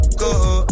go